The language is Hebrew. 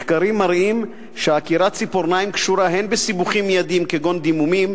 מחקרים מראים שעקירת ציפורניים קשורה הן לסיבוכים מיידיים כגון דימומים,